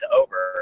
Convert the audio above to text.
over